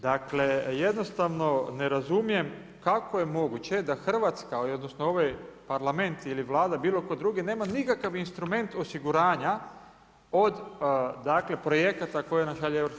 Dakle, jednostavno ne razumijem kako je moguće da Hrvatska odnosno ovaj Parlament ili Vlada, bilo tko drugi, nema nikakav instrument osiguranja od projekata koje nam šalje EU.